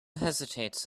hesitates